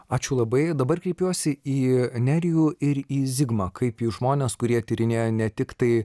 ačiū labai dabar kreipiuosi į nerijų ir į zigmą kaip į žmones kurie tyrinėja ne tiktai